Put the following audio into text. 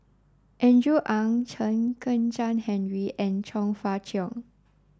Andrew Ang Chen Kezhan Henri and Chong Fah Cheong